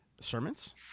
sermons